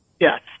Yes